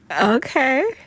Okay